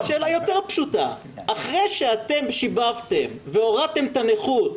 השאלה פשוטה יותר: אחרי שאתם שיבבתם והורדתם את הנכות,